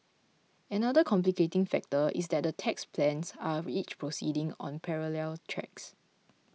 another complicating factor is that the tax plans are each proceeding on parallel tracks